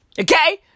Okay